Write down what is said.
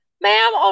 Ma'am